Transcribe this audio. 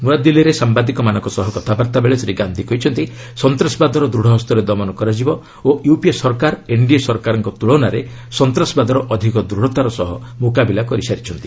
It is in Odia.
ନ୍ତଆଦିଲ୍ଲୀରେ ସାମ୍ବାଦିକମାନଙ୍କ ସହ କଥାବାର୍ତ୍ତା ବେଳେ ଶ୍ରୀ ଗାନ୍ଧି କହିଛନ୍ତି ସନ୍ତାସବାଦର ଦୂଢ଼ ହସ୍ତରେ ଦମନ କରାଯିବ ଓ ୟୁପିଏ ସରକାର ଏନ୍ଡିଏ ସରକାର ତ୍ନୁଳନାରେ ସନ୍ତାସବାଦର ଅଧିକ ଦୂଢ଼ତାର ସହ ମୁକାବିଲା କରିସାରିଛନ୍ତି